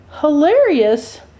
hilarious